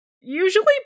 usually